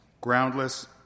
groundless